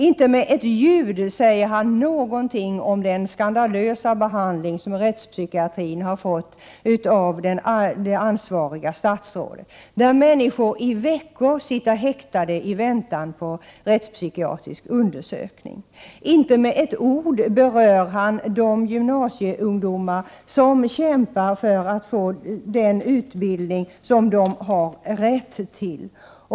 Inte med ett ljud säger Sören Lekberg någonting om den skandalösa behandling som rättspsykiatrin har fått av det ansvariga statsrådet. Människor får i veckor sitta häktade i väntan på rättspsykiatrisk undersökning. Inte med ett ord berör Sören Lekberg de gymnasieungdomar som kämpar för att få den utbildning de har rätt till.